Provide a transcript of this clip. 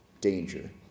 danger